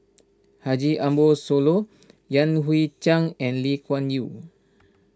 Haji Ambo Sooloh Yan Hui Chang and Lee Kuan Yew